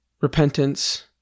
repentance